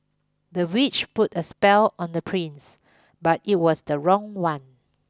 the witch put a spell on the prince but it was the wrong one